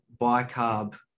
bicarb